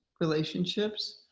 relationships